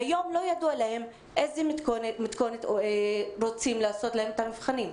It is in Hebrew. והיום לא ידוע להם באיזה מתכונת רוצים לעשות להם את המבחנים.